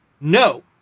No